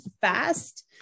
fast